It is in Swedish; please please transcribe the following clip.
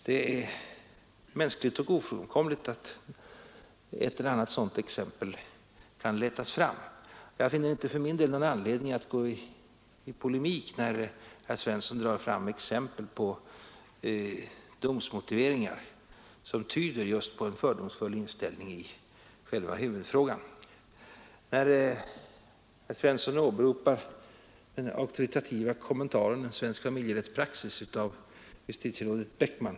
Det är mänskligt och ofrånkomligt att ett eller annat sådant exempel kan letas fram. Jag finner inte för min del anledning att gå i polemik när herr Svensson tar fram exempel på domsmotiveringar som tyder just på en fördomsfull inställning i själva huvudfrågan. Herr Svensson åberopar den auktoritativa kommentaren till Svensk familjerättspraxis av justitierådet Beckman.